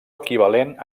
equivalent